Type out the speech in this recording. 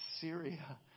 Syria